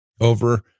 over